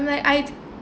like I